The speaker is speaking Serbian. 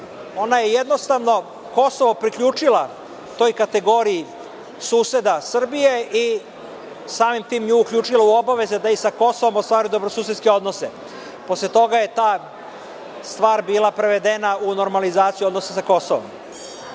ona je Kosovo priključila toj kategoriji suseda Srbije i samim tim nju uključila u obavezu da i sa Kosovom ostvaruje dobrosusedske odnose. Posle toga je ta stvar bila prevedena u normalizaciju odnosa sa Kosovom. Dakle,